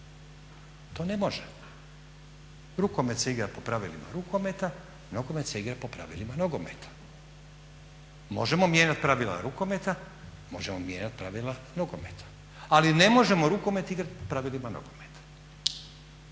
To ne može. Rukomet se igra po pravilima rukometa, nogomet se igra po pravilima nogometa. Možemo mijenjat pravila rukometa, možemo mijenjat pravila nogometa, ali ne možemo rukomet igrati po pravilima nogometa.